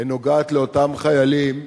נוגעת לאותם חיילים,